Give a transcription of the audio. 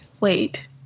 wait